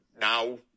now